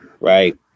right